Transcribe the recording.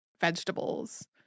vegetables